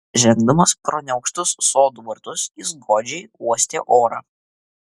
žengdamas pro neaukštus sodų vartus jis godžiai uostė orą